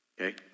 okay